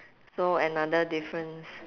so another difference